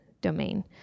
domain